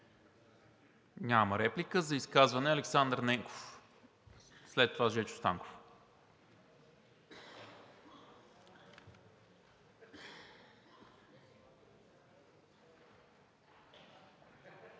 Няма. За изказване – Александър Ненков, след това Жечо Станков.